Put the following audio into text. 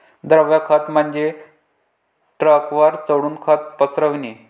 द्रव खत म्हणजे ट्रकवर चढून खत पसरविणे